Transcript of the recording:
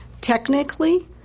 Technically